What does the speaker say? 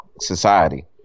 society